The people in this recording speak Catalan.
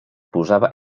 posava